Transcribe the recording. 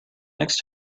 next